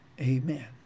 Amen